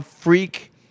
freak